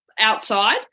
outside